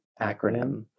acronym